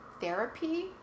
therapy